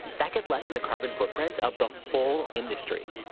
that could lessen the carbon footprint of the whole industry.